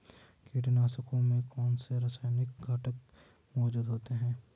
कीटनाशकों में कौनसे रासायनिक घटक मौजूद होते हैं?